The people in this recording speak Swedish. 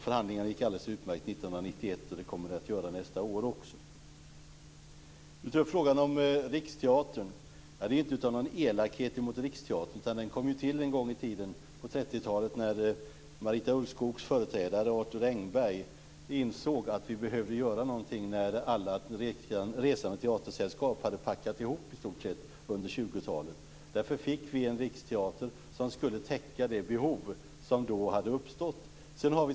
Förhandlingarna gick alldeles utmärkt 1991, och det kommer de att göra nästa år också. Åke Gustavsson tog upp frågan om Riksteatern. Det inte fråga om någon elakhet mot Riksteatern. Den kom till en gång i tiden på 30-talet när Marita Ulvskogs företrädare Arthur Engberg insåg att vi behövde göra någonting när i stort sett alla resande teatersällskap hade packat ihop under 20-talet. Därför fick vi en riksteater som skulle täcka det behov som då hade uppstått.